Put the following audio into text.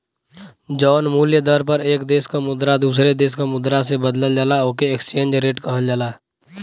जौन मूल्य दर पर एक देश क मुद्रा दूसरे देश क मुद्रा से बदलल जाला ओके एक्सचेंज रेट कहल जाला